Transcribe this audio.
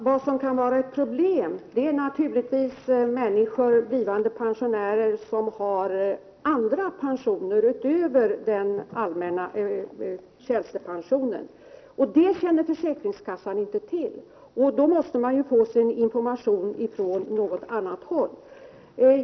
Herr talman! Det kan naturligtvis finnas problem för blivande pensionärer som har andra pensioner, utöver den allmänna tjänstepensionen. Det känner försäkringskassan inte till. Då måste man få sin information från något annat håll.